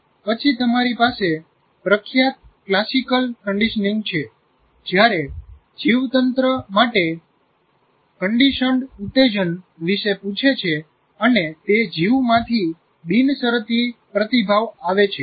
પછી તમારી પાસે પ્રખ્યાત ક્લાસિકલ કન્ડીશનીંગ છે 'પાવલોવીયન કન્ડીશનીંગ Pavlovian Conditioning' જ્યારે જીવતંત્ર માટે કંડિશન્ડ ઉત્તેજન વિશે પૂછે છે અને તે જીવમાંથી બિનશરતી પ્રતિભાવ આવે છે